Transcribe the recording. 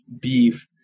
beef